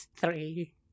three